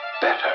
better